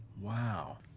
wow